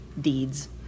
deeds